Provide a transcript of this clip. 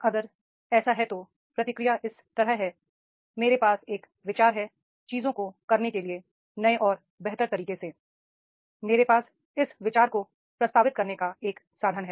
अगर ऐसा है तो प्रतिक्रिया इस तरह है मेरे पास एक विचार है चीजों को करने के लिए नए और बेहतर तरीकों से i मेरे पास इस विचार को प्रस्तावित करने का एक साधन है